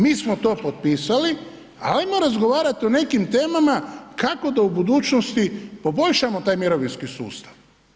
Mi smo to potpisali, ali ajmo razgovarati o nekim temama kako da u budućnosti poboljšamo taj mirovinski sustav.